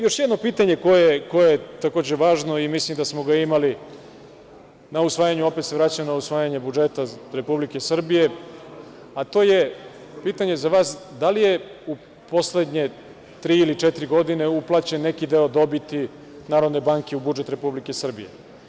Još jedno pitanje koje je takođe važno i mislim da smo ga imali na usvajanju, opet se vraćam na usvajanje budžeta Republike Srbije, a to je pitanje za vas – da li je u poslednje tri ili četiri godine, uplaćen neki deo dobiti Narodne banke u budžet Republike Srbije?